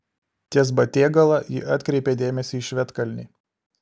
ties batėgala ji atkreipė dėmesį į švedkalnį